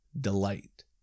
delight